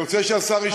אני רוצה שהשר ישמע.